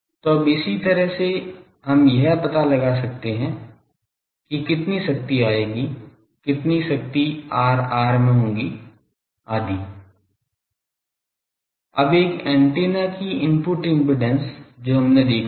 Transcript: तो अब इसी तरह से हम यह पता लगा सकते हैं कि कितनी शक्ति आयेगी कितनी शक्ति Rr में होगी आदि अब एक एंटीना की इनपुट इम्पीडेन्स जो हमने देखा है